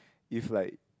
if like